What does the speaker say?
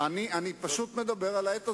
שכל מי שעיניו היו בראשו,